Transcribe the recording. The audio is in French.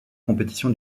compétition